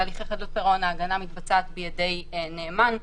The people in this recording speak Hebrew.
בהליכי חדלות פירעון ההגנה מתבצעת בידי נאמן.